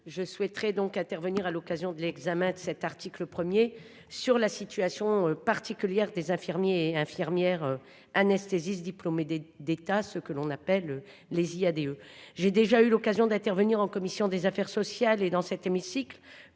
Je souhaiterais donc intervenir à l'occasion de l'examen de cet article 1er sur la situation particulière des infirmiers et infirmières anesthésistes diplômés des d'État ce que l'on appelle les IADE. J'ai déjà eu l'occasion d'intervenir en commission des affaires sociales et dans cet hémicycle